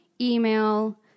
email